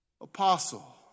Apostle